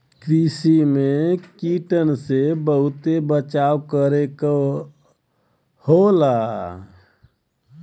कृषि में कीटन से बहुते बचाव करे क होला